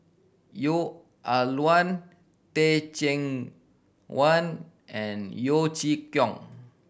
Neo Ah Luan Teh Cheang Wan and Yeo Chee Kiong